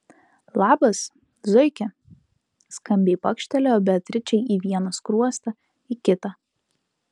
labas zuiki skambiai pakštelėjo beatričei į vieną skruostą į kitą